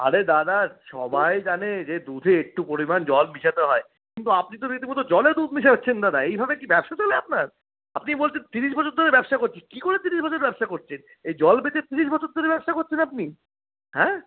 আরে দাদা সবাই জানে যে দুধে একটু পরিমাণ জল মেশাতে হয় কিন্তু আপনি তো রীতিমত জলে দুধ মেশাচ্ছেন দাদা এইভাবে কি ব্যবসা চলে আপনার আপনি বলছেন তিরিশ বছর ধরে ব্যবসা করছি কি করে তিরিশ বছর ব্যবসা করছেন এই জল বেচে তিরিশ বছর ধরে ব্যবসা করছেন আপনি হ্যাঁ